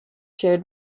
shared